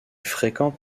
fréquente